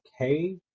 okay